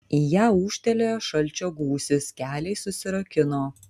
į ją ūžtelėjo šalčio gūsis keliai susirakino